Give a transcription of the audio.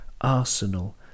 Arsenal